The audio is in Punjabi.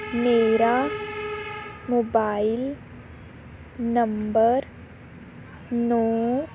ਮੇਰਾ ਮੋਬਾਇਲ ਨੰਬਰ ਨੌਂ